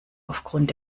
aufgrund